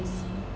ah